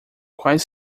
quais